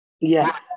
Yes